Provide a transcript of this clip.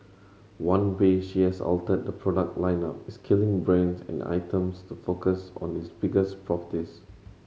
one way she has altered the product lineup is killing brands and items to focus on its biggest properties